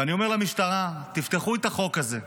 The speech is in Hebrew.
ואני אומר למשטרה: תפתחו את החוק הזה,